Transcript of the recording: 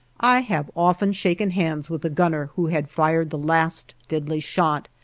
i have often shaken hands with the gunner who had fired the last deadly shot,